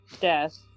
death